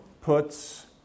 puts